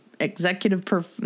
executive